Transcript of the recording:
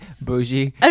bougie